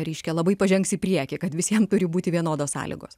reiškia labai pažengs į priekį kad visiem turi būti vienodos sąlygos